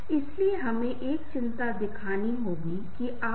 अब गहरा रिश्ता गहरा रिश्ता क्या है